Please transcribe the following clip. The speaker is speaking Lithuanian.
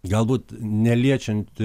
galbūt neliečiant